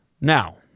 Now